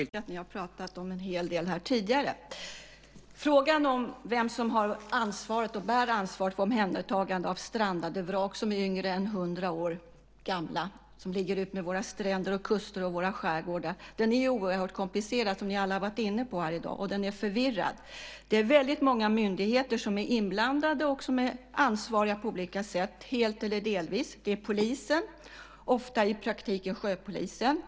Fru talman! Jag ska prata om vrak, vilket jag hört att andra pratat om en hel del här tidigare. Frågan vem som bär ansvaret för omhändertagande av strandade vrak som är yngre än 100 år gamla och som ligger utmed våra stränder, kuster och skärgårdar är oerhört komplicerad, något som ni andra har varit inne på, och den är förvirrad. Det är väldigt många myndigheter som är inblandade och som på olika sätt är ansvariga helt eller delvis. Det är Polisen, ofta i praktiken Sjöpolisen.